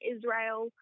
Israel